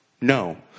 No